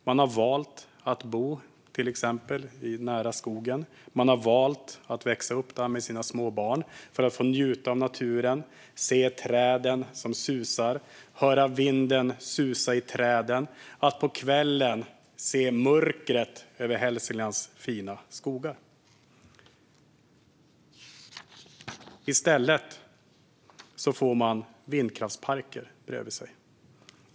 De har valt att bo till exempel nära skogen för att låta sina små barn växa upp där, för att få njuta av naturen, se träden röra sig, höra vinden susa i träden och på kvällen se mörkret över Hälsinglands fina skogar. I stället får de vindkraftsparker bredvid sig.